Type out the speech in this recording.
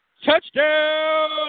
Touchdown